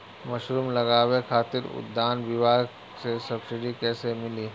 Mushroom लगावे खातिर उद्यान विभाग से सब्सिडी कैसे मिली?